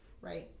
right